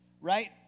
right